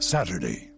Saturday